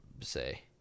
say